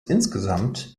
insgesamt